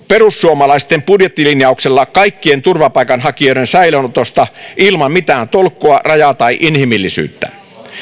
perussuomalaisten budjettilinjauksessa kaikkien turvapaikanhakijoiden säilöönotosta ilman mitään tolkkua rajaa tai inhimillisyyttä